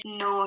no